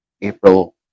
April